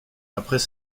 après